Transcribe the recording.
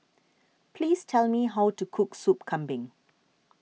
please tell me how to cook Sup Kambing